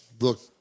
look